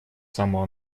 самого